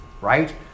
right